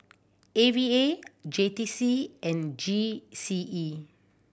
A V A J T C and G C E